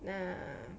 那